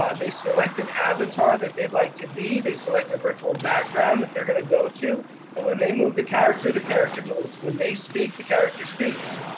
ah they select an avatar that they'd like to be, they select a virtual background that they're gonna go to and when they move the character, the character moves, when they speak the character speaks.